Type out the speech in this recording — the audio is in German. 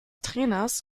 trainers